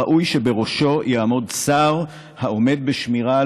ראוי שבראשו יעמוד שר העומד בשמירה על